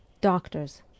doctors